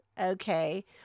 okay